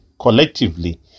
collectively